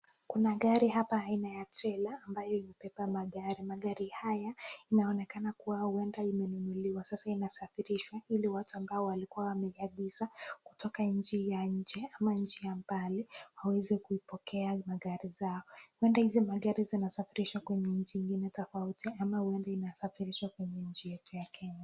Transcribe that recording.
Kuna gari hapa aina ya trailer ambayo imebeba magari. Magari haya yanaonekana kuwa huenda imenunuliwa, sasa inasafirishwa ili watu ambao walikuwa wameiagiza kutoka nchi ya nje ama nchi ya mbali waweze kuipokea magari zao. Huenda hizi magari zinasafirishwa kwenye nchi ingine tofauti ama huenda inasafirishwa kwenye nchi yetu ya Kenya.